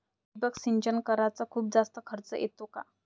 ठिबक सिंचन कराच खूप जास्त खर्च येतो का?